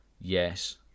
yes